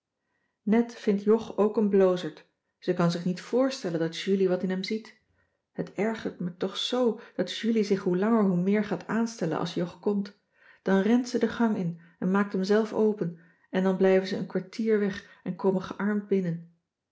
net vindt jog ook een blozerd ze kan zich niet voorstellen dat julie wat in hem ziet het ergert me toch zoo dat julie zich hoe langer hoe meer gaat aanstellen als jog komt dan rent ze de gang in en maakt hem zelf open en dan blijven ze een kwartier weg en komen gearmd binnen